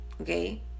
okay